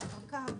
בכפר קרע,